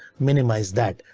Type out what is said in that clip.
minimize that.